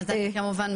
מהמיזוג.